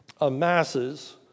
amasses